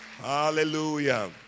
Hallelujah